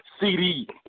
CD